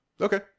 Okay